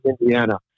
Indiana